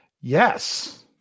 Yes